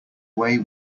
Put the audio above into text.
way